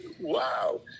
wow